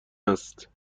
است